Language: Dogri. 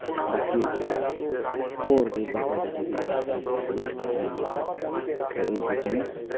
बाकी होर कोई बड्डे बड्डे बिजनस इत्थै कोई हैन नेईं हैन